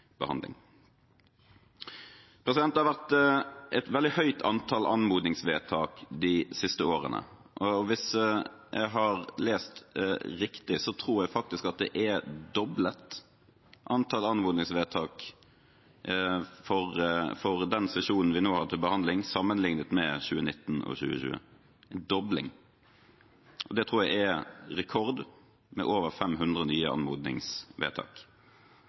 Det har vært et veldig høyt antall anmodningsvedtak de siste årene, og hvis jeg har lest riktig, tror jeg faktisk at antall anmodningsvedtak er doblet for den sesjonen vi nå har til behandling, sammenliknet med 2019–2020 – en dobling. Det tror jeg er rekord, med over 500 nye anmodningsvedtak.